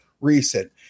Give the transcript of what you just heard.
recent